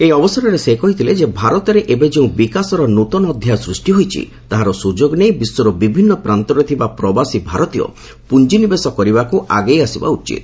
ଏହି ଅବସରରେ ସେ କହିଥିଲେ ଯେ ଭାରତରେ ଏବେ ଯେଉଁ ବିକାଶର ନୂଆ ଅଧ୍ୟାୟ ସୃଷ୍ଟି ହୋଇଛି ତାହାର ସୁଯୋଗ ନେଇ ବିଶ୍ୱର ବିଭିନ୍ନ ପ୍ରାନ୍ତରେ ଥିବା ପ୍ରବାସୀ ଭାରତୀୟ ପୁଞ୍ଜି ନିବେଶ କରିବାକୁ ଆଗେଇ ଆସିବା ଉଚିତ